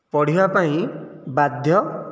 ପଢ଼ିବାପାଇଁ ବାଧ୍ୟ